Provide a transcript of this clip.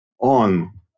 on